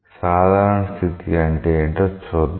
సాధారణ స్థితి అంటే ఏంటో చూద్దాం